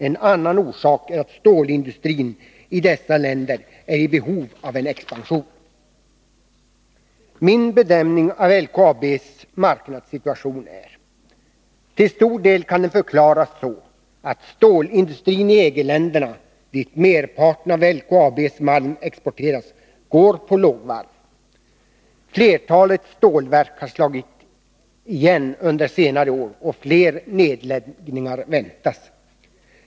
En annan orsak är att stålindustrin i dessa länder är i behov av en expansion. Min bedömning av LKAB:s marknadssituation är följande. Till stor del kan den förklaras med att stålindustrin i EG-länderna, dit merparten av LKAB:s malm exporteras, går på lågvarv. Flertalet stålverk har slagit igen under senare år, och fler nedläggningar väntas.